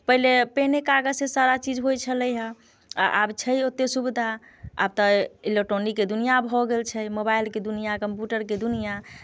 पहिले पेने कागजसँ सारा चीज होइ छलैए आ आब छै ओतेक सुविधा आब तऽ इलेक्ट्रोनिकके दुनिआँ भऽ गेल छै मोबाइलके दुनिआँ कम्प्यूटरके दुनिआँ